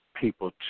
people